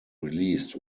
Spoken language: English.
released